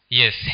Yes